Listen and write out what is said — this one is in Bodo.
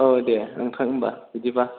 औ दे नोंथां होनबा बिदिबा